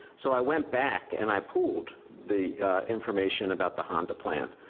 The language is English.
so i went back and i pulled the information about the honda plan.